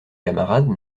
camarades